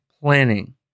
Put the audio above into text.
planning